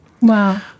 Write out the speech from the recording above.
Wow